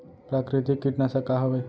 प्राकृतिक कीटनाशक का हवे?